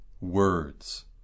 words